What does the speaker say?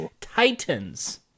Titans